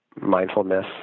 mindfulness